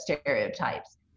stereotypes